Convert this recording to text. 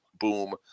Boom